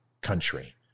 country